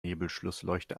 nebelschlussleuchte